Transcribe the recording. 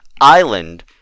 Island